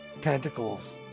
tentacles